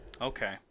Okay